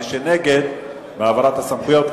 ומי שנגד העברת הסמכויות,